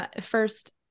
first